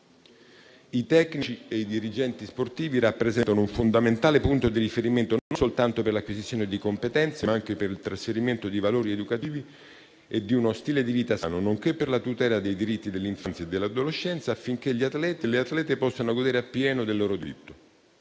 I tecnici e i dirigenti sportivi rappresentano un fondamentale punto di riferimento non soltanto per l'acquisizione di competenze, ma anche per il trasferimento di valori educativi e di uno stile di vita sano, nonché per la tutela dei diritti dell'infanzia e dell'adolescenza, affinché le atlete e gli atleti possano godere appieno del loro diritto.